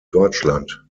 deutschland